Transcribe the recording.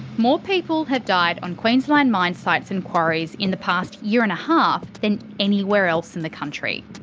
more people have died on queensland mine sites and quarries, in the past year and a half than anywhere else in the country.